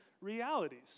realities